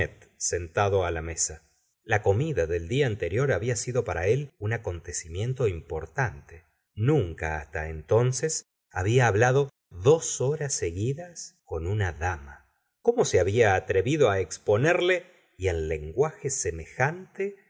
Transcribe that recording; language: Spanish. sentado la mesa la comida del día anterior había sido para él un acontecimiento importante nunca hasta entonces había hablado dos horas seguidas con una dama cómo se había atrevido exponerle y en lenguaje semejante